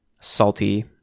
salty